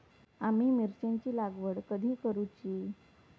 आम्ही मिरचेंची लागवड कधी करूची?